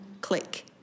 click